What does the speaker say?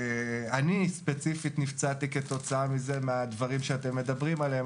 אני ספציפית נפצעתי כתוצאה מהדברים שאתם מדברים עליהם.